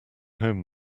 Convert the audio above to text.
home